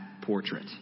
portrait